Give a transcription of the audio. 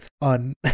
on